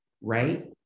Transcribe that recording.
right